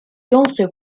also